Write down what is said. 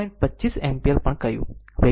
25 ampere પણ કહ્યું